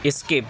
skip